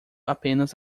apenas